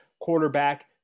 quarterback